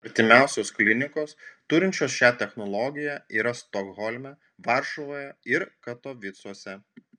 artimiausios klinikos turinčios šią technologiją yra stokholme varšuvoje ir katovicuose